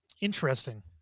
Interesting